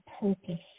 purpose